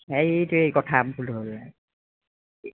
সেইটোৱে কথা ভুল হ'ল